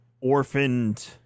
orphaned